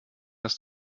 dass